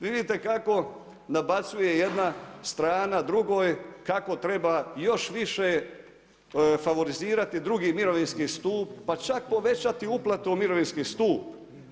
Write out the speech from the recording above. Vidite kako nabacuje jedna strana drugoj kako treba još više favorizirati II. mirovinski stup, pa čak povećati uplatu u mirovinski stup.